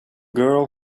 girl